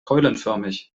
keulenförmig